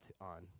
on